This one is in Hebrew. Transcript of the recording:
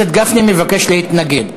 חבר הכנסת גפני מבקש להתנגד.